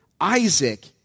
Isaac